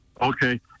Okay